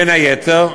בין היתר,